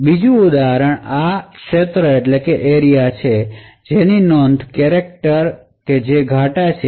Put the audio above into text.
તેથી બીજું ઉદાહરણ આ ક્ષેત્રો છે જે નોંધકેરેકટર ઘાટા છે